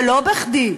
ולא בכדי.